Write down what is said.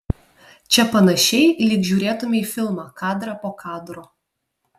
čia panašiai lyg žiūrėtumei filmą kadrą po kadro